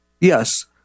yes